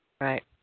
right